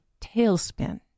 tailspin